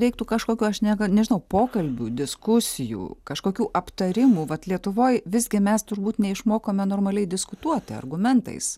reiktų kažkokio aš ne ga nežinau pokalbių diskusijų kažkokių aptarimų vat lietuvoj visgi mes turbūt neišmokome normaliai diskutuoti argumentais